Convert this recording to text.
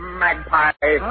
magpie